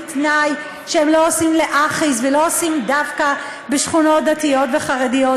בתנאי שהם לא עושים להכעיס ולא עושים דווקא בשכונות דתיות וחרדיות.